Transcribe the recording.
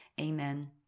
Amen